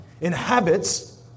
inhabits